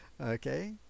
okay